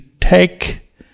take